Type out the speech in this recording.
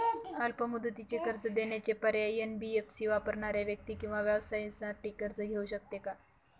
अल्प मुदतीचे कर्ज देण्याचे पर्याय, एन.बी.एफ.सी वापरणाऱ्या व्यक्ती किंवा व्यवसायांसाठी कर्ज घेऊ शकते का?